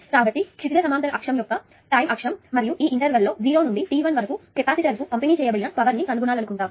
కాబట్టి క్షితిజ సమాంతర అక్షం యొక్క టైం అక్షం మరియు ఈ ఇంటర్వెల్ లో 0 నుండి t1 వరకు కెపాసిటర్కు పంపిణి చేయబడిన పవర్ ని కనుగొనాలనుకుంటున్నాము